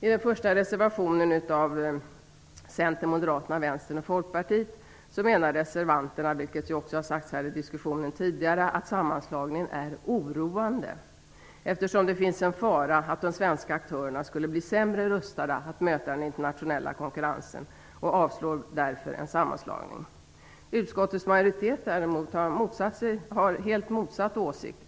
I den första reservationen från Centern, Moderaterna, vilket också har sagts här tidigare - att sammanslagningen är oroande eftersom det finns en fara att de svenska aktörerna skulle bli sämre rustade att möta den internationella konkurrensen och avstyrker därför en sammanslagning. Utskottets majoritet har helt motsatt åsikt.